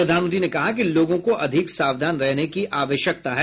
प्रधानमंत्री ने कहा कि लोगों को अधिक सावधान रहने की आवश्यकता है